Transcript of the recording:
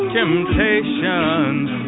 temptations